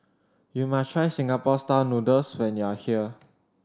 you must try Singapore Style Noodles when you are here